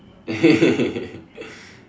eh